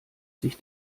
sich